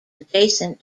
adjacent